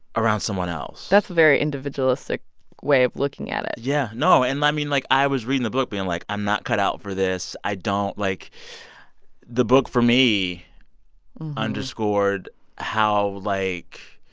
around someone else that's a very individualistic way of looking at it yeah. no, and i mean, like, i was reading the book, being like, i'm not cut out for this. i don't like the book for me underscored how, like,